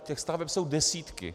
Těch staveb jsou desítky.